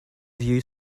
view